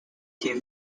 two